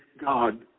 God